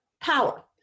power